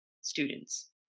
students